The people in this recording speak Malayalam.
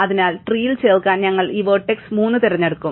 അതിനാൽ ട്രീൽ ചേർക്കാൻ ഞങ്ങൾ ഈ വെർട്ടക്സ് 3 തിരഞ്ഞെടുക്കും